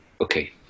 Okay